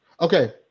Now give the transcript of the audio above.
Okay